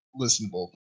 listenable